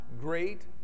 great